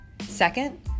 Second